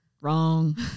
Wrong